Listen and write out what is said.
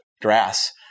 grass